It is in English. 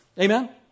Amen